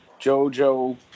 Jojo